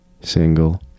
single